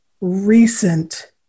recent